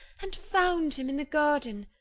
and found him in the garden,